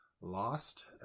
lost